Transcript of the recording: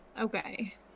Okay